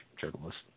journalist